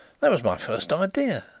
that was my first idea.